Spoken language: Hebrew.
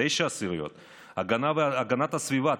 0.9%; הגנת הסביבה,